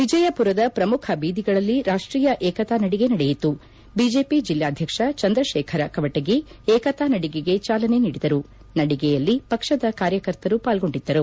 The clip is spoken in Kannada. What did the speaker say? ವಿಜಯಪುರದ ಪ್ರಮುಖ ಬೀದಿಗಳಲ್ಲಿ ರಾಷ್ಟೀಯ ಏಕತಾ ನಡಿಗೆ ನಡೆಯಿತು ಬಿಜೆಪಿ ಜಿಲ್ಲಾಧ್ಯಕ್ಷ ಚಂದ್ರಶೇಖರ ಕವಟಗಿ ಏಕತಾ ನಡಿಗೆಗೆ ಚಾಲನೆ ನೀಡಿದರು ನಡಿಗೆಯಲ್ಲಿ ಪಕ್ಷದ ಕಾರ್ಯಕರ್ತರು ಪಾಲ್ಗೊಂಡಿದ್ದರು